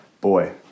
Boy